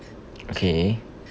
okay